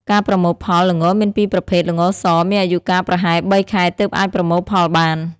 ការប្រមូលផល ល្ងមានពីរប្រភេទ ល្ងស មានអាយុកាលប្រហែល ៣ ខែទើបអាចប្រមូលផលបាន។